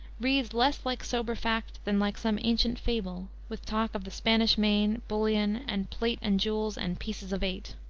reads less like sober fact than like some ancient fable, with talk of the spanish main, bullion, and plate and jewels and pieces of eight.